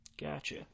Gotcha